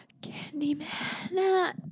Candyman